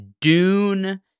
Dune